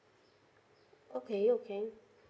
okay okay